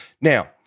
Now